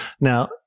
Now